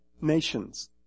nations